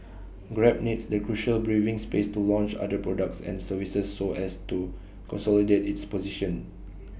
grab needs the crucial breathing space to launch other products and services so as to consolidate its position